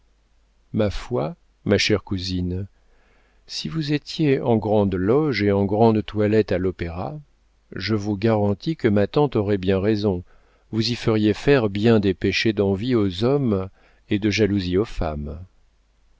ma foi ma chère cousine si vous étiez en grande loge et en grande toilette à l'opéra je vous garantis que ma tante aurait bien raison vous y feriez faire bien des péchés d'envie aux hommes et de jalousie aux femmes